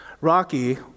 Rocky